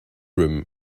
room